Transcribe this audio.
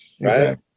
Right